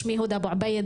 שמי הודא אבו עבייד,